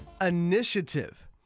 Initiative